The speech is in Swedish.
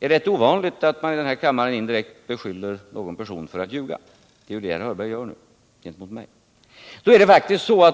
rätt ovanligt att man i denna kammare beskyller någon person för att ljuga, men det är ju vad herr Hörberg beskyller mig för nu.